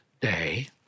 Day